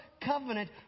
covenant